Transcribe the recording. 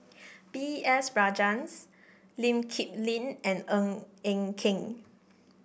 B S Rajhans Lee Kip Lin and Ng Eng Kee